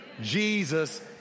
Jesus